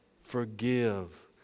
Forgive